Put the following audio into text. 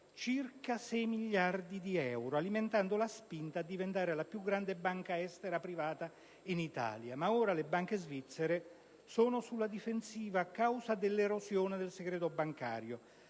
circa 6 miliardi di euro, alimentando la spinta a diventare la più grande banca estera privata in Italia. Ma ora le banche svizzere sono sulla difensiva a causa dell'erosione del segreto bancario